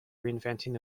reinventing